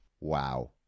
Wow